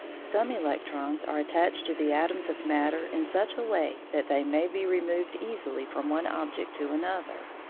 some electrons are attached to the atoms of matter in such a way that they may be removed easily from one object to another.